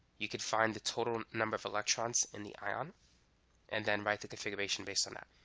you could find the total number of electrons in the ion and then write the configuration based on that.